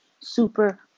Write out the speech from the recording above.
super